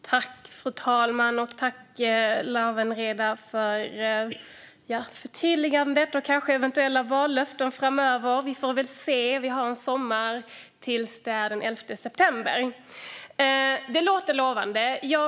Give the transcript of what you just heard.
Fru talman! Tack, Lawen Redar, för förtydligandet och eventuella vallöften framöver! Vi får väl se - vi har en sommar innan det är den 11 september. Det låter lovande.